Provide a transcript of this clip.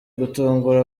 gutungura